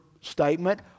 statement